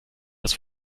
das